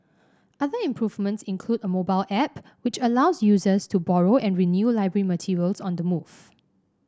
other improvements include a mobile app which allows users to borrow and renew library materials on the move